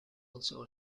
also